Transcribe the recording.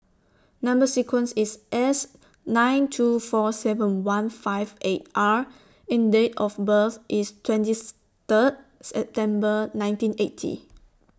Number sequence IS S nine two four seven one five eight R and Date of birth IS twenty Third September nineteen eighty